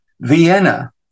Vienna